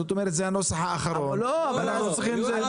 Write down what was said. זאת אומרת שזה הנוסח האחרון ואנחנו צריכים -- לא